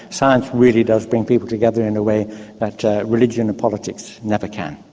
science really does bring people together in a way that religion and politics never can.